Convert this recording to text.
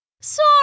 Sorry